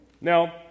Now